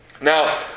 Now